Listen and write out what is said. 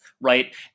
Right